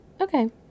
Okay